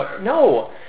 No